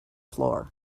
floor